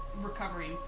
recovering